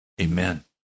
Amen